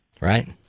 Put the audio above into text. Right